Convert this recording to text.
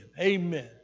Amen